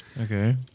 okay